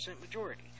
majority